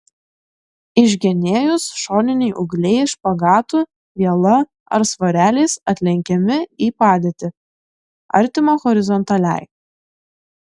išgenėjus šoniniai ūgliai špagatu viela ar svareliais atlenkiami į padėtį artimą horizontaliai